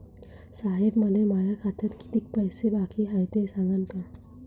साहेब, मले माया खात्यात कितीक पैसे बाकी हाय, ते सांगान का?